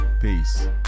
peace